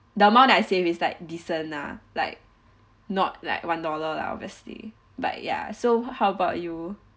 the amount I save is like decent lah like not like one dollar lah obviously but ya so how about you